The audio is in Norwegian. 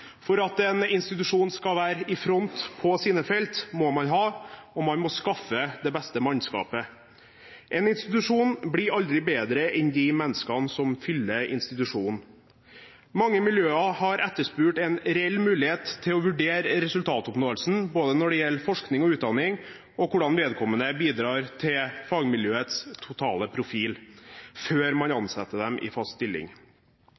For at en institusjon skal være i front på sine felt, må man ha – og man må skaffe – det beste mannskapet. En institusjon blir aldri bedre enn de menneskene som fyller institusjonen. Mange miljø har etterspurt en reell mulighet til å vurdere resultatoppnåelsen når det gjelder både forskning og utdanning, og hvordan vedkommende bidrar til fagmiljøets totale profil, før man ansetter dem i fast stilling.